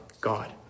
God